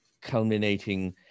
culminating